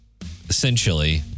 essentially